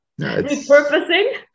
repurposing